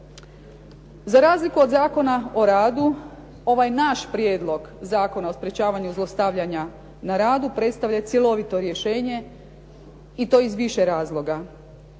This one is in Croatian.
Za razliku od Zakona o radu, ovaj naš prijedlog Zakona o sprječavanju zlostavljanja predstavlja cjelovito rješenje i to iz više razloga.